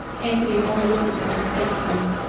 anthony only looked at him reproachfully.